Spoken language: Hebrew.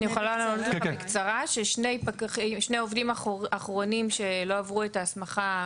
שני עובדים אחרונים שלא עברו את ההסמכה,